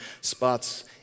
spots